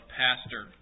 pastor